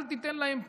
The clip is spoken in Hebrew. אל תיתן להם פרס.